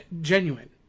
genuine